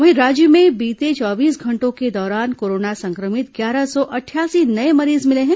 वहीं राज्य में बीते चौबीस घंटों के दौरान कोरोना संक्रमित ग्यारह सौ अट्ठयासी नये मरीज मिले हैं